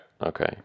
Okay